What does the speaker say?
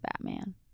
Batman